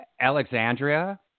Alexandria